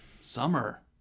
Summer